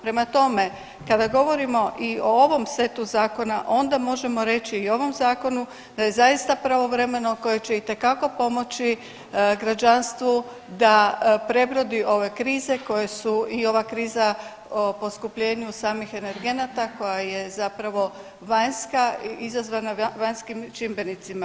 Prema tome, kada govorimo i o ovom setu zakona onda možemo reći i ovom zakonu, da je zaista pravovremeno koje će itekako pomoći građanstvu da prebrodi ove krize koje su i ova kriza o poskupljenju samih energenata koja je zapravo vanjska i izazvana čimbenicima.